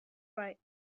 right